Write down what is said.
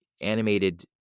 animated